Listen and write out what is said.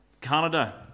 Canada